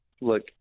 Look